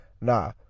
Nah